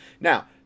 Now